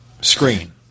screen